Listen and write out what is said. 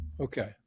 Okay